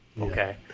okay